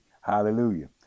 Hallelujah